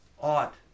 ought